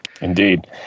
Indeed